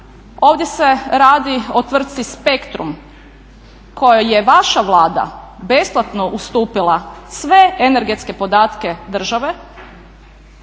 ovdje se radi o tvrtci Spectrum kojoj je vaša Vlada besplatno ustupila sve energetske podatke države.